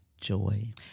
joy